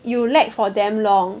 you lag for damn long